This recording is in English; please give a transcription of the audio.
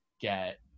get